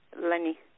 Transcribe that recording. Lenny